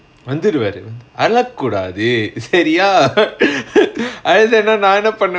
வந்துருவாரு அழக்கூடாது சரியா:vanthuruvaaru alzhakoodathu sariya அழுதன்னா நா என்ன பண்ணுவ:aluthannaa naa enna pannuva